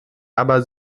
aber